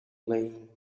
lane